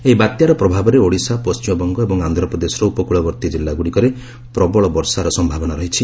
ଏହି ବାତ୍ୟାର ପ୍ରଭାବରେ ଓଡ଼ିଶା ପଶ୍ଚିମବଙ୍ଗ ଏବଂ ଆନ୍ଧ୍ରପ୍ରଦେଶର ଉପକୂଳବର୍ତ୍ତୀ ଜିଲ୍ଲାଗୁଡ଼ିକରେ ପ୍ରବଳ ବର୍ଷା ସମ୍ଭାବନା ରହିଛି